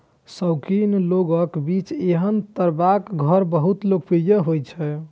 शौकीन लोगक बीच एहन तरहक घर बहुत लोकप्रिय होइ छै